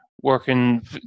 working